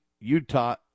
Utah